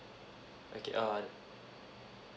okay err